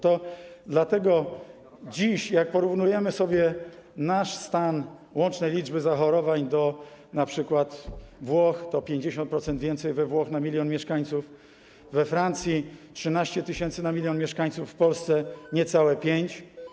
To dlatego dziś, jak porównujemy nasz stan łącznej liczby zachorowań do np. Włoch, to 50% więcej we Włoszech na milion mieszkańców, we Francji - 13 tys. na milion mieszkańców, w Polsce niecałe 5.